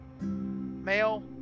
male